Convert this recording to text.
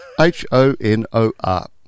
H-O-N-O-R